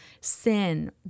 sin